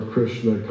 Krishna